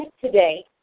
today